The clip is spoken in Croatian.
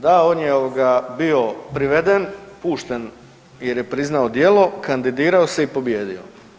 Da, on je bio priveden, pušten jer je priznao djelo, kandidirao se i pobijedio.